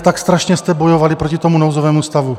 Tak strašně jste bojovali proto tomu nouzovému stavu.